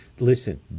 Listen